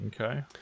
Okay